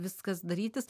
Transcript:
viskas darytis